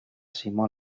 simó